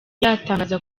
yatangaza